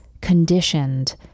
conditioned